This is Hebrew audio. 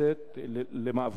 לצאת למאבק.